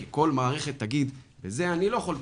כי כל מערכת תגיד: בזה אני לא יכול לטפל,